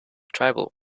tribal